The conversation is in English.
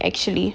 actually